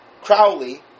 Crowley